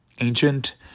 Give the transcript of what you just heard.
ancient